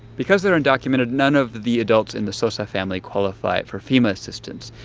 because they're undocumented, none of the adults in the sosa family qualify for fema assistance.